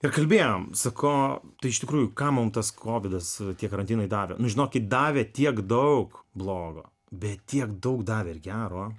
ir kalbėjom sako iš tikrųjų ką mum tas kovidas tie karantinai davė žinokit davė tiek daug blogo bet tiek daug davė ir gero